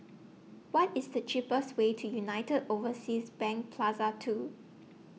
What IS The cheapest Way to United Overseas Bank Plaza two